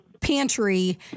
pantry